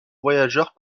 voyageurs